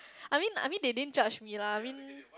I mean I mean they didn't judge me lah I mean